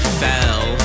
fell